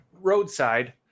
roadside